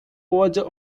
order